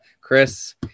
Chris